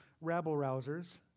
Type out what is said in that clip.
rabble-rousers